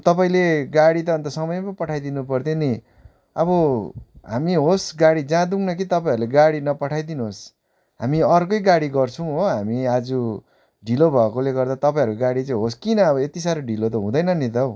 तपाईँले गाडी त अन्त समयमै पठाइदिनु पर्थ्यो नि अब हामी होस् गाडी जाँदैनौँ कि तपाईँहरूले गाडी नपठाइदिनु होस् हामी अर्कै गाडी गर्छौँ हो हामी आज ढिलो भएकोले गर्दा तपाईँहरूको गाडी चाहिँ होस् किन अब यति साह्रो ढिलो त हुँदैन नि त हौ